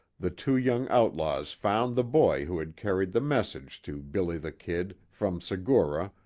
the two young outlaws found the boy who had carried the message to billy the kid, from segura,